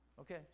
Okay